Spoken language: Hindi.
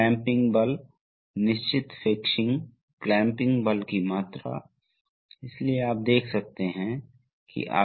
तो इसलिए यह केवल एक सोलनॉइड द्वारा संचालित नहीं होता है पिछले वाल्व को केवल एक सोलनॉइड द्वारा संचालित किया जा रहा था